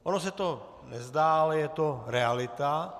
Ono se to nezdá, ale je to realita.